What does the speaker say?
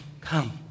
come